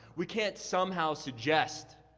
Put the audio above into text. we can't somehow suggest